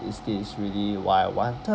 is this really what I wanted